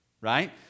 right